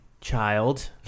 child